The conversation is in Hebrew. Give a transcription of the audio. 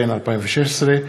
התשע"ז 2016,